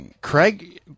Craig